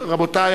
רבותי,